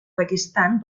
pakistan